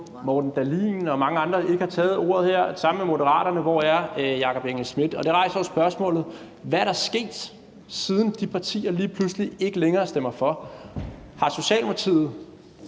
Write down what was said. Morten Dahlin og mange andre – ikke har taget ordet her sammen med Moderaterne. Hvor er Jakob Engel-Schmidt? Og det rejser jo spørgsmålet: Hvad er der sket, siden de partier lige pludselig ikke længere stemmer for? Har Socialdemokratiet